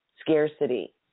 Scarcity